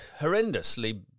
horrendously